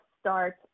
start